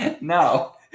No